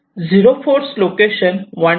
0 force location 1